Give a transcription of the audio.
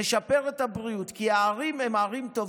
נשפר את הבריאות, כי הערים הן ערים טובות.